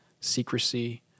secrecy